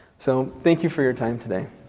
so thank you for your time today.